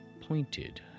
pointed